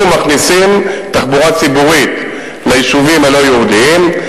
אנחנו מכניסים תחבורה ציבורית ליישובים הלא-יהודיים.